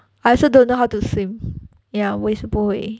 I also don't know how to swim ya 我也是不会